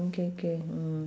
okay okay mm